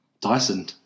Dyson